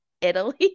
Italy